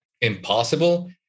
impossible